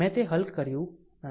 મેં તે હલ કર્યું નથી